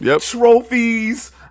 trophies